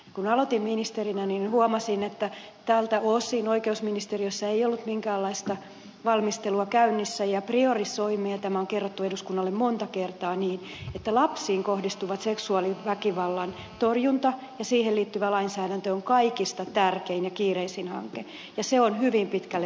kun aloitin ministerinä niin huomasin että tältä osin oikeusministeriössä ei ollut minkäänlaista valmistelua käynnissä ja priorisoimme niin ja tämä on kerrottu eduskunnalle monta kertaa että lapsiin kohdistuva seksuaaliväkivallan torjunta ja siihen liittyvä lainsäädäntö on kaikista tärkein ja kiireisin hanke ja se on hyvin pitkälle jo valmiina